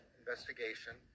investigation